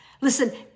Listen